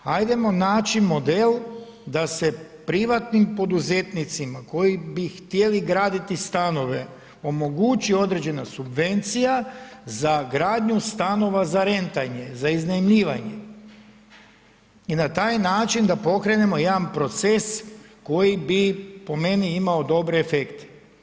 Ajdemo naći model da se privatnim poduzetnicima koji bi htjeli graditi stanove omogući određena subvencija za gradnju stanova za rentanje, za iznajmljivanje i na taj način da pokrenemo jedan proces koji bi po meni imao dobre efekte.